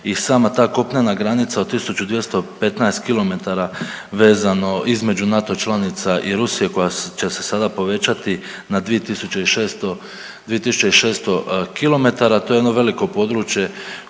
i sama ta kopnena granica od 1.215 km vezano između NATO članica i Rusije koja će se sada povećati na 2.600, 2.600 km to je jedno veliko područje